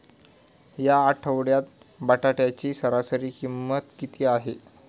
या आठवड्यात बटाट्याची सरासरी किंमत किती आहे?